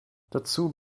dazu